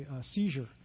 seizure